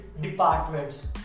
departments